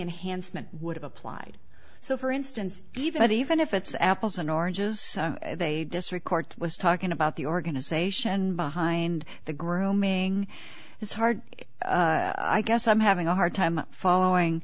enhancement would've applied so for instance even even if it's apples and oranges they'd this record was talking about the organization behind the grooming it's hard i guess i'm having a hard time following